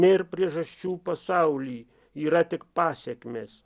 nėr priežasčių pasauly yra tik pasekmės